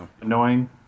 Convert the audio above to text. annoying